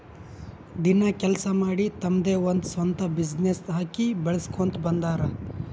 ದಿನ ಕೆಲ್ಸಾ ಮಾಡಿ ತಮ್ದೆ ಒಂದ್ ಸ್ವಂತ ಬಿಸಿನ್ನೆಸ್ ಹಾಕಿ ಬೆಳುಸ್ಕೋತಾ ಬಂದಾರ್